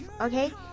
Okay